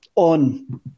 On